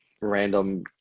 random